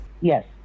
yes